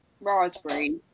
Raspberry